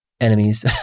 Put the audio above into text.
enemies